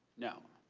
no.